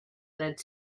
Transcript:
dret